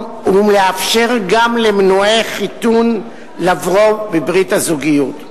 ולאפשר גם למנועי חיתון לבוא בברית הזוגיות.